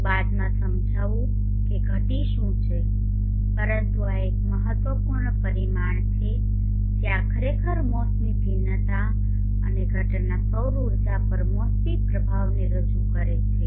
હું બાદમાં સમજાવું કે ઘટી શું છે પરંતુ આ એક મહત્વપૂર્ણ પરિમાણ છે જે આ ખરેખર મોસમી ભિન્નતા અને ઘટના સૌર ઉર્જા પરના મોસમી પ્રભાવોને રજૂ કરે છે